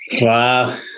Wow